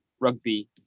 rugby